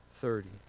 thirty